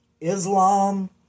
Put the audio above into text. Islam